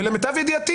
ולמיטב ידיעתי,